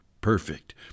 perfect